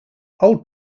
old